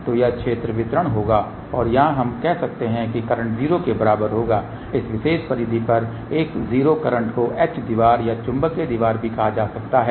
तो यह क्षेत्र वितरण होगा और यहां पर हम कह सकते हैं कि करंट 0 के बराबर होगा इस विशेष परिधि पर एक 0 करंट को H दीवार या चुंबकीय दीवार भी कहा जा सकता है